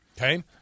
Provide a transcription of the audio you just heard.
Okay